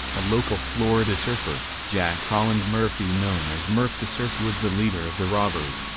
a local florida surfer, jack rolland murphy known as murf the surf was the leader of the robbery.